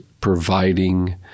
providing